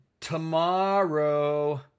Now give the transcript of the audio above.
tomorrow